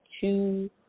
two